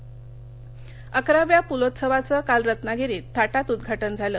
पुलोत्सव अकराव्या पुलोत्सवाचं काल रत्नागिरीत थाटात उद्घाटन झालं